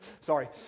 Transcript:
Sorry